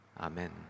Amen